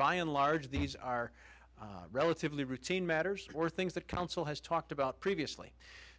by and large these are relatively routine matters or things that council has talked about previously